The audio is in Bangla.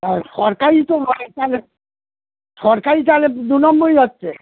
আর সরকারি তো হয় তাহলে সরকারি তাহলে দু নম্বরই হচ্ছে